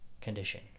condition